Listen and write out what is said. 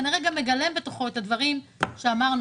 כנראה גם מגלם בתוכו את הדברים שאמרנו.